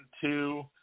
two